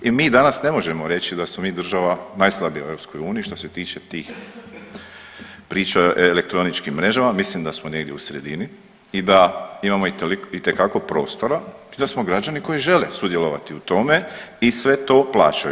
I mi danas ne možemo reći da smo mi država najslabija u EU što se tiče tih priča o elektroničkim mrežama, mislim da smo negdje u sredini i da imamo itekako prostora i da smo građani koji žele sudjelovati u tome i sve to plaćaju.